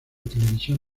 televisión